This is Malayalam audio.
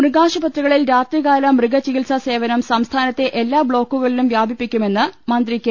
മൃഗാശുപത്രികളിൽ രാത്രികാല മൃഗചികിത്സാ സേവനം സംസ്ഥാനത്തെ എല്ലാ ബ്ലോക്കുകളിലും വ്യാപിപ്പിക്കുമെന്ന് മന്ത്രി കെ